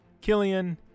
Killian